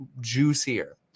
juicier